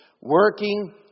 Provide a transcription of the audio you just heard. working